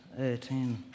18